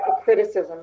criticism